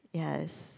yes